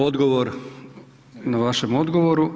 Odgovor na vašem odgovoru.